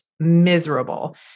Miserable